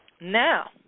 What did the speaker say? Now